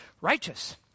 righteous